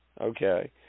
Okay